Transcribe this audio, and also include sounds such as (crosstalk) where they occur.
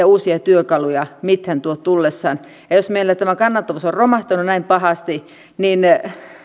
(unintelligible) uusia työkaluja tuo tullessaan ja jos meillä tämä kannattavuus on on romahtanut näin pahasti niin